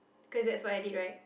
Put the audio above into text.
cause that's what I did right